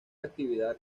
actividad